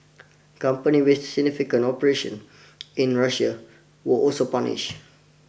companies with significant operations in Russia were also punished